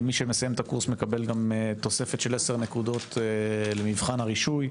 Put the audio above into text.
מי שמסיים את הקורס מקבל גם תוספת של עשר נקודות למבחן הרישוי.